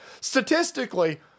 Statistically